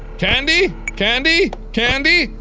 candy? candy? candy?